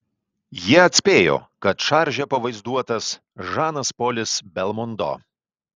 jie atspėjo kad šarže pavaizduotas žanas polis belmondo